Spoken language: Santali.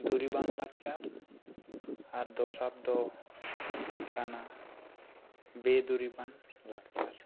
ᱫᱩᱨᱤᱵᱟᱱ ᱞᱟᱠᱪᱟᱨ ᱟᱨ ᱫᱚᱥᱟᱨ ᱫᱚ ᱠᱟᱱᱟ ᱵᱮᱫᱩᱨᱤᱵᱟᱱ ᱞᱟᱠᱪᱟᱨ